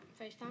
FaceTime